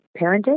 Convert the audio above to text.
parenting